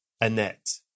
Annette